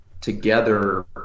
together